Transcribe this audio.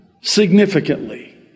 Significantly